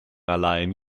allein